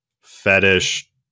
fetish